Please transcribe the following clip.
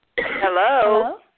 Hello